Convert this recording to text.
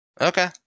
Okay